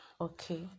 okay